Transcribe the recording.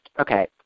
Okay